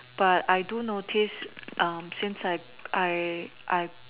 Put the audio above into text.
but I do notice since I I I